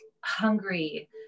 hungry